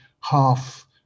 half